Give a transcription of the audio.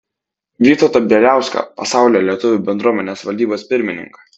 vytautą bieliauską pasaulio lietuvių bendruomenės valdybos pirmininką